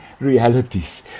realities